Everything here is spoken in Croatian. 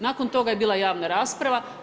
Nakon toga je bila javna rasprava.